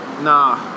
nah